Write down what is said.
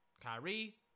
Kyrie